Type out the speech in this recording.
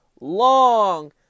long